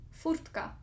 furtka